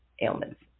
ailments